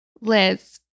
Liz